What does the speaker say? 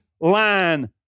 line